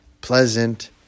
pleasant